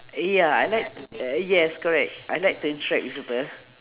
uh yeah I like t~ uh yes correct I like to interact with people